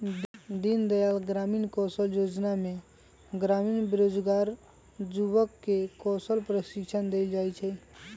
दीनदयाल ग्रामीण कौशल जोजना में ग्रामीण बेरोजगार जुबक के कौशल प्रशिक्षण देल जाइ छइ